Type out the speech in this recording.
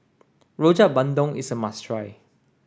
Rojak Bandung is a must try